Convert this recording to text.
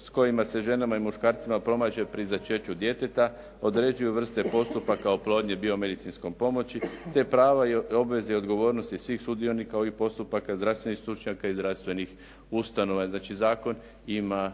s kojima se ženama i muškarcima pomaže pri začeću djeteta, određuju vrste postupaka oplodnje biomedicinskom pomoći, te prava, obveze i odgovornosti svih sudionika ovih postupaka, zdravstvenih stručnjaka i zdravstvenih ustanova. Znači, zakon ima